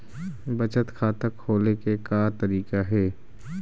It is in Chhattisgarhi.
बचत खाता खोले के का तरीका हे?